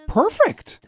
perfect